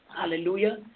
hallelujah